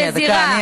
דקה.